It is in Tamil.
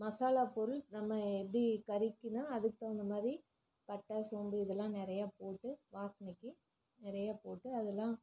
மசாலாப்பொருள் நம்ம எப்படி கறிக்கின்னால் அதுக்கு தகுந்தமாதிரி பட்டை சோம்பு இதெல்லாம் நிறையா போட்டு வாசனைக்கு நிறைய போட்டு அதெலாம்